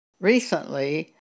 Recently